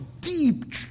deep